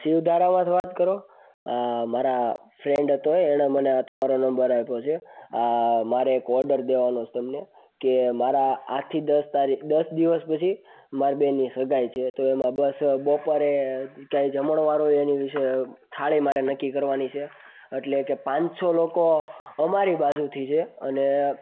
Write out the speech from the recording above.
શિવધારામાંથી વાત કરો મારા ફ્રેન્ડ હતો એણે મને આ તમારો નંબર આપ્યો છે મારે એક ઓર્ડર દેવાનો છે તમને કે મારે આઠથી દસ તારીખ દસ દિવસ પછી મારી બેનની સગાઈ છે તો એમાં બસ બપોરે કંઈ જમણવાર હોય એના વિશે થાળી મારે નક્કી કરવાની છે એટલે કે પાંચસો લોકો અમારી બાજુથી છે અને